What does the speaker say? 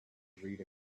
read